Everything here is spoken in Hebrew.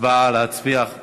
ההצעה להעביר את